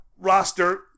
roster